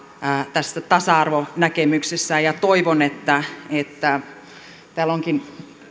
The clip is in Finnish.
tässä tasa arvonäkemyksessä ja ja toivon että täällä onkin